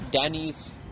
Danny's